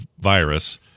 virus